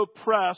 oppressed